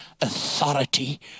authority